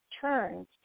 turns